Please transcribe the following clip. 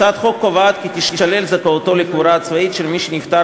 הצעת החוק קובעת כי תישלל זכאותו לקבורה צבאית של מי שנפטר